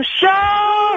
show